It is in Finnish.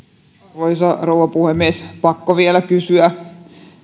arvoisa rouva puhemies pakko vielä kysyä